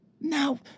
Now